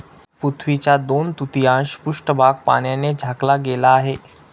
पृथ्वीचा दोन तृतीयांश पृष्ठभाग पाण्याने झाकला गेला आहे